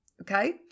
Okay